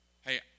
hey